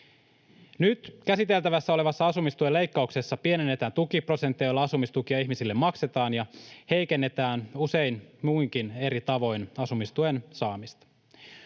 Nyt käsiteltävänä olevassa asumistuen leikkauksessa pienennetään tukiprosenttia, jolla asumistukia ihmisille maksetaan, ja heikennetään usein muinkin eri tavoin asumistuen saamista.